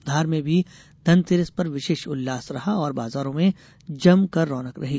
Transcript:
धार में भी धनतेरस पर विशेष उल्लास रहा और बाजारों में जमकर रौनक रही